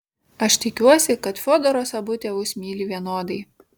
aš tikiuosi kad fiodoras abu tėvus myli vienodai